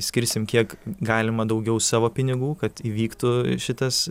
skirsim kiek galima daugiau savo pinigų kad įvyktų šitas